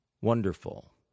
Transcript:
Wonderful